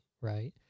Right